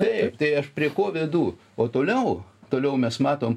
taip tai aš prie ko vedu o toliau toliau mes matom